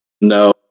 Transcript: No